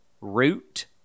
Root